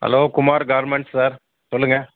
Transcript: hello Kumar garments sir சொல்லுங்க